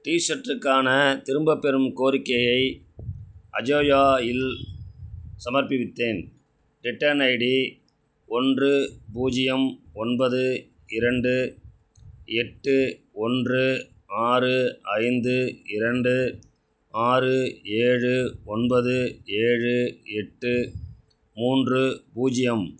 D ஷர்ட்டுக்கான திரும்பப் பெறும் கோரிக்கையை அஜயோ இல் சமர்ப்பித்தேன் ரிட்டர்ன் ஐடி ஒன்று பூஜ்ஜியம் ஒன்பது இரண்டு எட்டு ஒன்று ஆறு ஐந்து இரண்டு ஆறு ஏழு ஒன்பது ஏழு எட்டு மூன்று பூஜ்ஜியம்